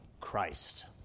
Christ